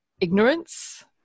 Ignorance